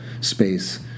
space